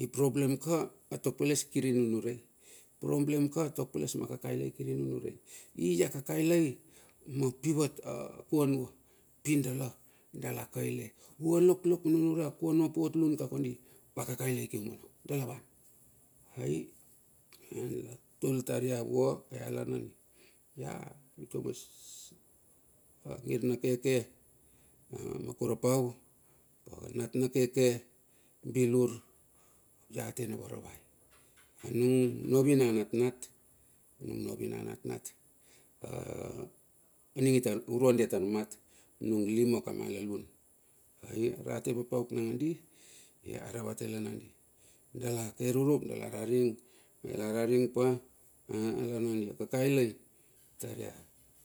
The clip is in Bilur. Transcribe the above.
I problem ka a tok peles kiri nunure i problem ka. Tok peles ma kakalai kiri nunurei, lia kakaila ma piua kuanua, pindala, dala kailei. Ua loklok ununure a kuanua ap uot lun ka kondi vakaila kium ono. Dalavan. Ai la tul tar ia vua ai alar nandi. Ai mitua ma gnir na keke makurapau anat na keke bilur ia tena varavai. Nung novi na natnat, nung novi na natnat aning itar. urua dia tar mat. nung lima kama la lun. Ai a rate papauk nangandi. aravate la nangadi, dala ke ruru dala a raring, dala araring